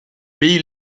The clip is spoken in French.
pille